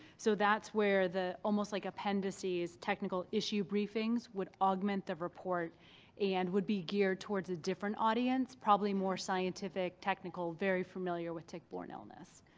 so that's where the almost like appendices technical issue briefings would augment the report and would be geared towards a different audience, probably more scientific, technical, very familiar with tick-borne illness.